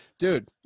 Dude